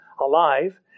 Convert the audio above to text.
alive